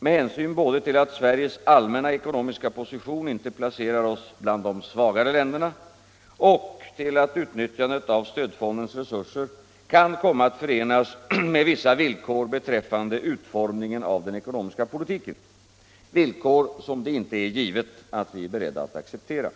med hänsyn både till att Sveriges allmänna ekonomiska position inte placerar oss bland de svagare länderna och till att utnyttjandet av stödfondens resurser kan komma att förenas med vissa villkor beträffande utformningen av den ekonomiska politiken — villkor som det inte är givet att vi är beredda att acceptera.